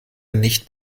nicht